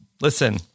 listen